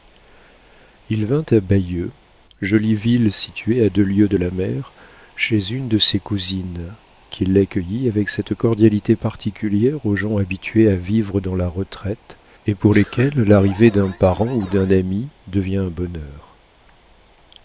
il vint à bayeux jolie ville située à deux lieues de la mer chez une de ses cousines qui l'accueillit avec cette cordialité particulière aux gens habitués à vivre dans la retraite et pour lesquels l'arrivée d'un parent ou d'un ami devient un bonheur